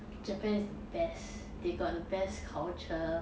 japan is the best they got the best culture